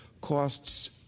costs